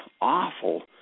awful